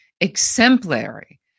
exemplary